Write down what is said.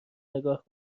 نگاه